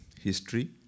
history